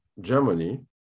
Germany